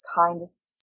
kindest